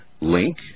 link